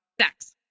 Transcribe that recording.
sex